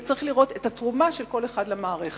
וצריך לראות את התרומה של כל אחד למערכת.